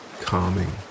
calming